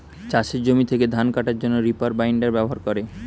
চাষের জমি থেকে ধান কাটার জন্যে রিপার বাইন্ডার ব্যবহার করে